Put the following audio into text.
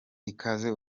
ikaze